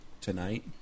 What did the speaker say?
tonight